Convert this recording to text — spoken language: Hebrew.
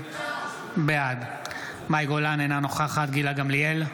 בעד מאי גולן, אינה נוכחת גילה גמליאל,